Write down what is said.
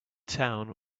town